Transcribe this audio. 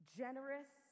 generous